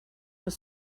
was